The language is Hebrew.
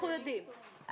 אנחנו יודעים.